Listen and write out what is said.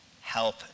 help